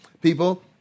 People